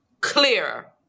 clear